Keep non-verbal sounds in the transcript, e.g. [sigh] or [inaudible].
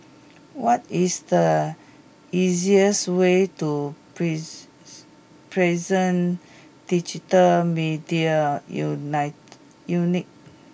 what is the easiest way to [noise] Prison Digital Media Unite Unit